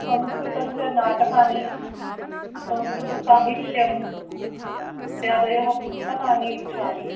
संस्कृतस्य नाटकानि संस्कृतसाहित्यम् इत्यादयः पुस्तकानि इच्छामि